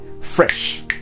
Fresh